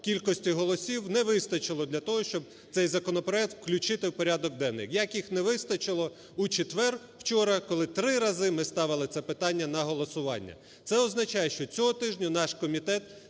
кількості голосів не вистачило для того, щоб цей законопроект включити в порядок денний. Як їх не вистачило у четвер, вчора, коли три рази ми ставили це питання на голосування. Це означає, що цього тижня наш комітет